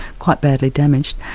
quite badly damaged.